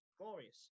glorious